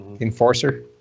Enforcer